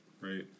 right